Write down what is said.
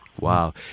Wow